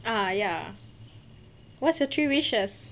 uh ya what's your three wishes